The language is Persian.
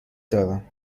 دارم